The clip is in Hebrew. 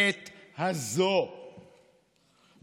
הצבעת